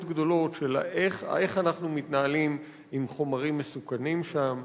גדולות: איך אנחנו מתנהלים עם חומרים מסוכנים שם?